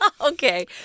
Okay